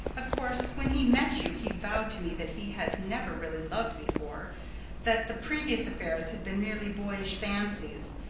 of course, when he met you he vowed to me that he had never really loved before that the previous affairs had been merely boyish fancies.